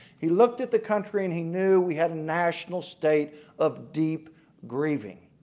he looked at the country and he knew we had a national state of deep grieving.